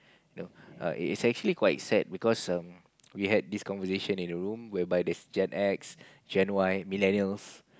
you know it's actually quite sad because um we had this conversation in a room whereby there's Gen-X Gen-Y Millennials